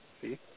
see